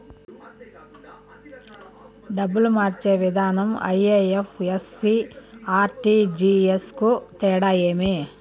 డబ్బులు మార్చే విధానం ఐ.ఎఫ్.ఎస్.సి, ఆర్.టి.జి.ఎస్ కు తేడా ఏమి?